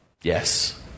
Yes